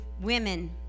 women